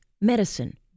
medicine